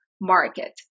market